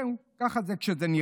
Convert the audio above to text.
זהו, ככה זה נראה.